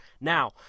Now